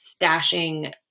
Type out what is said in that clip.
stashing